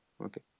Okay